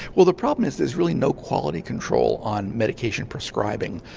well the problem is there's really no quality control on medication prescribing.